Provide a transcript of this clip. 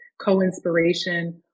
co-inspiration